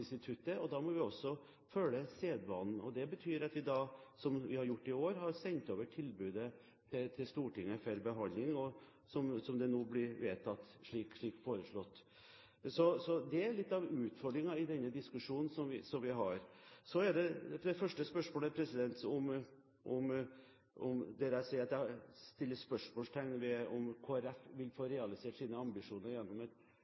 dette forhandlingsinstituttet. Da må vi også følge sedvanen. Det betyr at vi, som vi har gjort i år, har sendt over tilbudet til Stortinget for behandling, og det blir nå vedtatt slik det er foreslått. Så det er litt av utfordringen i diskusjonen vi har. Til det første, om at jeg setter spørsmålstegn ved om Kristelig Folkeparti vil få realisert sine ambisjoner gjennom et samarbeid med Høyre og Fremskrittspartiet – et eventuelt samarbeid, jeg vil understreke det – er det det å si at